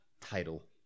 title